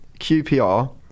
QPR